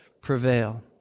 prevail